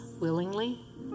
willingly